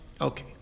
Okay